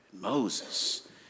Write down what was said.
Moses